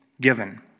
given